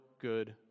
good